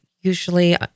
usually